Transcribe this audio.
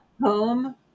home